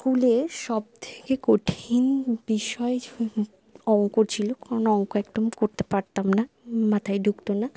স্কুলে সব থেকে কঠিন বিষয় অঙ্ক ছিলো কারণ অঙ্ক একদম করতে পারতাম না মাথায় ঢুকতো না